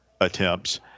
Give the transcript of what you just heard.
attempts